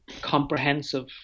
comprehensive